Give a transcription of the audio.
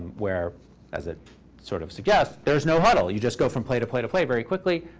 where as it sort of suggests, there's no huddle. you just go from play to play to play very quickly.